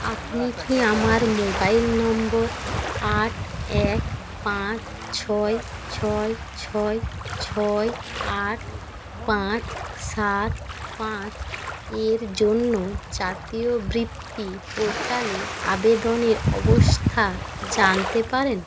আপনি কি আমার মোবাইল নম্বর আট এক পাঁচ ছয় ছয় ছয় ছয় আট পাঁচ সাত পাঁচ এর জন্য জাতীয় বৃত্তি পোর্টালে আবেদনের অবস্থা জানতে পারেন